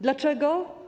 Dlaczego?